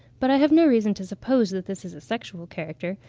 but i have no reason to suppose that this is a sexual character,